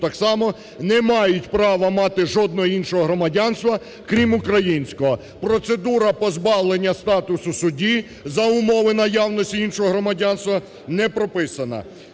так само не мають права мати жодного іншого громадянства, крім українського. Процедура позбавлення статусу судді за умови наявності іншого громадянства не прописана.